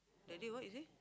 that day what you say